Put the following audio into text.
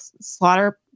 slaughter